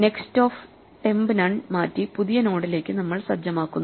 next of temp none മാറ്റി പുതിയ നോഡിലേക്ക് നമ്മൾ സജ്ജമാക്കുന്നു